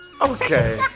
Okay